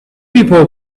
people